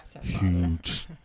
huge